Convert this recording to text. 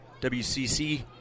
WCC